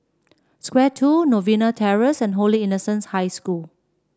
Square Two Novena Terrace and Holy Innocents' High School